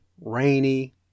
rainy